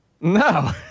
No